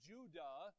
Judah